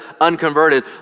unconverted